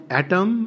atom